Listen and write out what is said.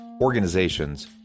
organizations